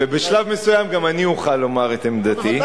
בשלב מסוים גם אני אוכל לומר את עמדתי.